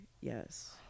yes